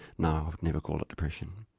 no, i've never called it depression.